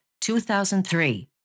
2003